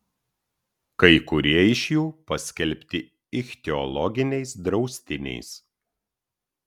kai kurie iš jų paskelbti ichtiologiniais draustiniais